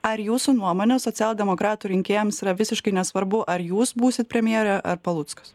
ar jūsų nuomone socialdemokratų rinkėjams yra visiškai nesvarbu ar jūs būsit premjere ar paluckas